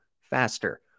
faster